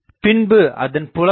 பின்பு அதன் புலம் என்ன